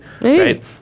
Right